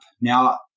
Now